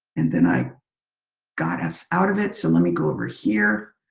and then i got us out of it, so let me go over here.